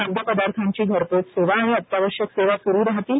खाद्यपदार्थांची घरपोच सेवा आणि अत्यावश्यक सेवा सुरू राहतील